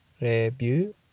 Review